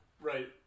Right